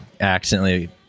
accidentally